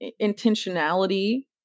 intentionality